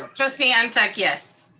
um trustee ah ntuk, yes.